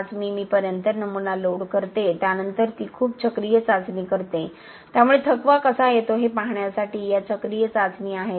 5 मिमी पर्यंत नमुना लोड करते त्यानंतर ती खूप चक्रीय चाचणी करते त्यामुळे थकवा कसा येतो हे पाहण्यासाठी या चक्रीय चाचणी आहेत